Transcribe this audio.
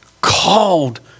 called